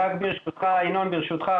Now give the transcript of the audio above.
ברשותך,